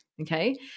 okay